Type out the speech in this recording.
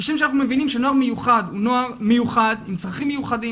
כשם שאנחנו מבינים שנוער מיוחד עם צרכים מיוחדים,